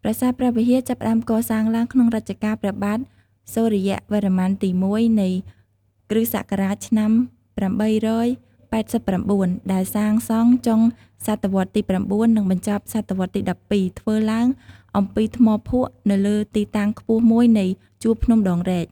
ប្រាសាទព្រះវិហារចាប់ផ្ដើមកសាងឡើងក្នុងរជ្ជកាល ព្រះបាទសុរិយវរ្ម័នទីមួយនៃគ្រិស្តសករាជឆ្នាំ៨៨៩ ដែលសាងសង់ចុងស.វ ទី៩ និងបញ្ចប់ស.វ.ទី១២ ធ្វើឡើងអំពីថ្មភក់នៅលើទីតាំងខ្ពស់មួយនៃជួរភ្នំដងរែក។